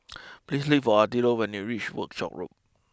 please look for Attilio when you reach Workshop Road